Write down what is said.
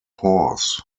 horse